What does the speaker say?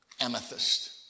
amethyst